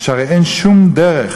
שהרי אין שום דרך